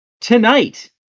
Tonight